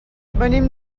venim